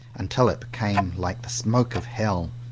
until it became like the smoke of hell.